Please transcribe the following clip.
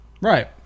right